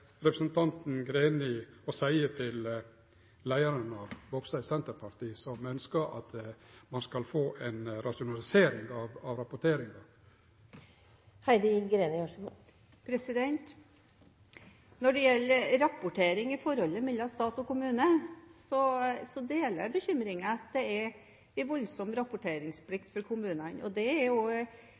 representanten Greni å seie til leiaren av Vågsøy Senterparti, som ønskjer at ein skal få ei rasjonalisering av rapporteringa? Når det gjelder rapportering og forholdet mellom stat og kommune, deler jeg bekymringen for at det er en voldsom rapporteringsplikt for kommunene. Det er